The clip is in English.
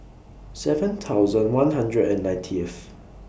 seven thousand one hundred and ninetieth